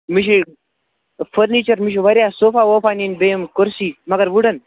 مےٚ چھِ فٔرنیٖچَر مےٚ چھِ واریاہ صوفا ووفا نِنۍ بیٚیہِ یِم کُرسی مگر وُڈَن